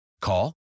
Call